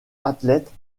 athlètes